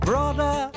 Brother